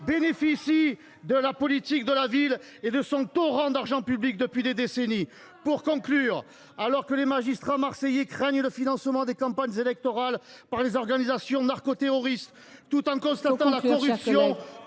bénéficient de la politique de la ville et de son torrent d’argent public depuis des décennies ! C’est fini ! Alors que les magistrats marseillais craignent le financement des campagnes électorales par des organisations narcoterroristes,… Il faut conclure, mon